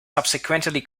subsequently